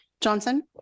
Johnson